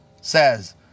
says